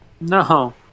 No